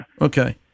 Okay